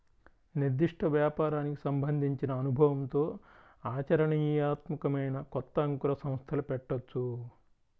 నిర్దిష్ట వ్యాపారానికి సంబంధించిన అనుభవంతో ఆచరణీయాత్మకమైన కొత్త అంకుర సంస్థలు పెట్టొచ్చు